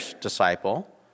disciple